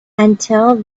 until